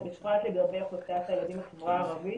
ובפרט לגבי אוכלוסיית הילדים בחברה הערבית